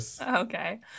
okay